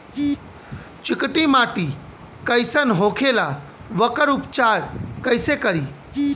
चिकटि माटी कई सन होखे ला वोकर उपचार कई से करी?